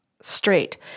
straight